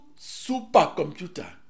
supercomputer